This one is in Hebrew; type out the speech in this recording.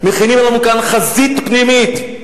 מכינים לנו כאן חזית פנימית.